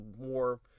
more